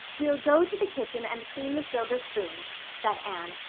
we'll go to the kitchen and clean the silver spoons, said anne.